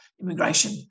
immigration